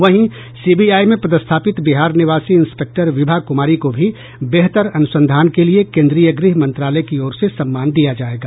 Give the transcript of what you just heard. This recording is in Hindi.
वहीं सीबीआई में पदस्थापित बिहार निवासी इंस्पेक्टर विभा कुमारी को भी बेहतर अनुसंधान के लिये केंद्रीय गृह मंत्रालय की ओर से सम्मान दिया जायेगा